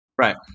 right